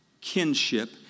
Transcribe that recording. kinship